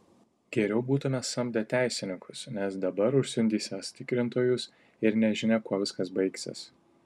geriau būtume samdę teisininkus nes dabar užsiundysiąs tikrintojus ir nežinia kuo viskas baigsis